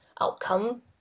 outcome